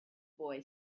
boy